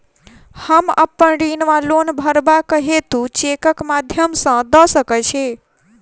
हम अप्पन ऋण वा लोन भरबाक हेतु चेकक माध्यम सँ दऽ सकै छी?